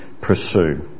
pursue